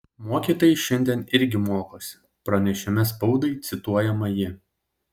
mokytojai šiandien irgi mokosi pranešime spaudai cituojama ji